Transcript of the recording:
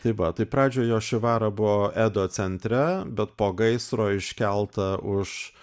tai va tai pradžioj jošivara buvo edo centre bet po gaisro iškelta už